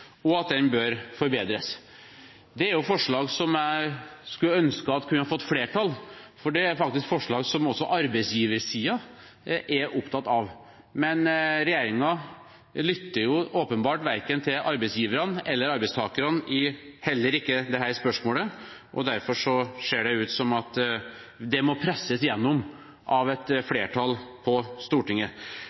og at den bør forbedres. Det er forslag som jeg ønsker kunne fått flertall, for det er faktisk forslag som også arbeidsgiversiden er opptatt av. Men regjeringen lytter åpenbart heller ikke i dette spørsmålet verken til arbeidsgiverne eller til arbeidstakerne, derfor ser det ut som det må presses igjennom av et flertall på Stortinget.